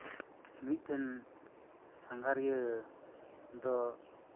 ᱢᱤᱫᱴᱮᱱ ᱥᱟᱸᱜᱷᱟᱨᱤᱭᱟᱹ ᱫᱚ